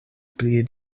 pli